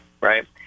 right